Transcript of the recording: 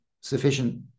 sufficient